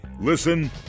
Listen